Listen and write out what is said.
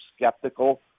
skeptical